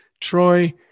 Troy